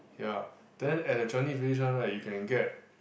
ya then at the Changi Village one right you can get